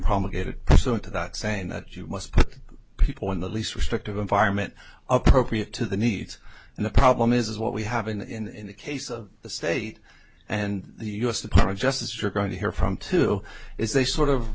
promulgated so into that saying that you must put people in the least restrictive environment appropriate to the needs and the problem is what we have in the case of the state and the u s department just as you're going to hear from two is they sort of